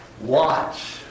Watch